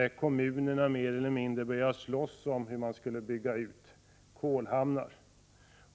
Kommunerna började mer eller mindre slåss om utbyggnaden av kolhamnar.